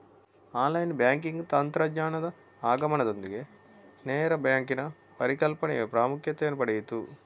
online banking ತಂತ್ರಜ್ಞಾನದ ಆಗಮನದೊಂದಿಗೆ ನೇರ ಬ್ಯಾಂಕಿನ ಪರಿಕಲ್ಪನೆಯು ಪ್ರಾಮುಖ್ಯತೆಯನ್ನು ಪಡೆಯಿತು